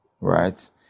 right